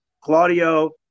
Claudio